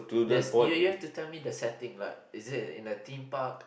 there's you you have to tell me the setting like is it in the theme park